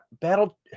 battle